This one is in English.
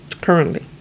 currently